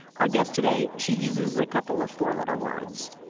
our guest today, she uses a couple of four letter words.